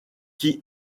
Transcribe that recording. qui